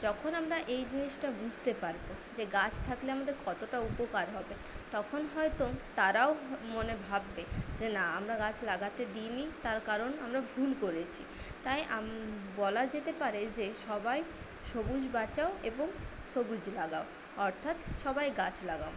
যখন আমরা এই জিনিসটা বুঝতে পারবো যে গাছ থাকলে আমাদের কতটা উপকার হবে তখন হয়তো তারাও মনে ভাববে যে না আমরা গাছ লাগাতে দিই নি তার কারণ আমরা ভুল করেছি তাই বলা যেতে পারে যে সবাই সবুজ বাঁচাও এবং সবুজ লাগাও অর্থাৎ সবাই গাছ লাগাও